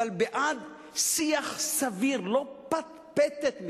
אבל בעד שיח סביר, לא פטפטת.